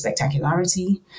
spectacularity